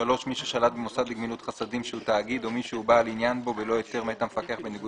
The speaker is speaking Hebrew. אנחנו נצטרך לבדוק את המחיקות.